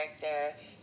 character